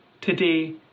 today